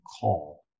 call